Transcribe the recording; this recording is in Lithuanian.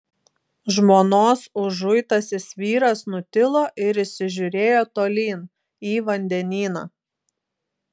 žmonos užuitasis vyras nutilo ir įsižiūrėjo tolyn į vandenyną